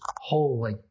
holy